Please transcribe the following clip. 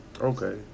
okay